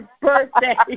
birthday